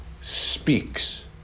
speaks